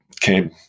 came